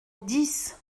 dix